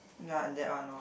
yeah and that one lor